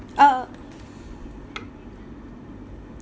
uh